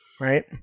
right